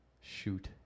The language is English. shoot